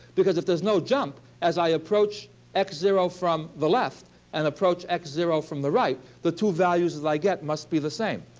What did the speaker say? because if there is no jump, as i approach x zero from the left and approach x zero from the right, the two values i get must be the same.